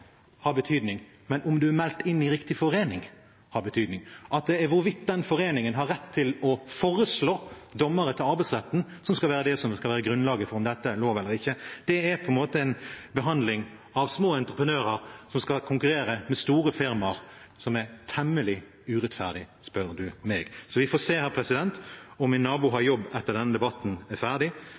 meldt inn i riktig forening, og hvorvidt den foreningen har rett til å foreslå dommer etter arbeidsretten, som skal være grunnlaget for om dette er lov eller ikke, er en temmelig urettferdig behandling av små entreprenører som skal konkurrere mot store firmaer, spør du meg. Vi får se om min nabo har jobb etter at denne debatten er ferdig,